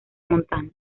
montaña